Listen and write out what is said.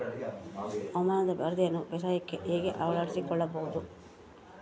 ಹವಾಮಾನದ ವರದಿಯನ್ನು ಬೇಸಾಯಕ್ಕೆ ಹೇಗೆ ಅಳವಡಿಸಿಕೊಳ್ಳಬಹುದು?